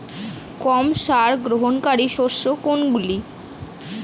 কম সার গ্রহণকারী শস্য কোনগুলি?